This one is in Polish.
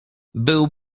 był